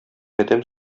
адәм